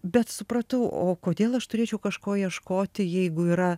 bet supratau o kodėl aš turėčiau kažko ieškoti jeigu yra